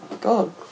God